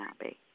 happy